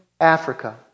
Africa